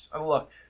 Look